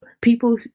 people